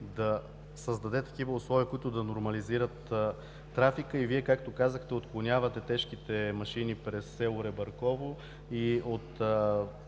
да създаде такива условия, които да нормализират трафика и Вие, както казахте, отклонявате тежките машини през село Ребърково и от